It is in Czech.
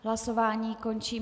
Hlasování končím.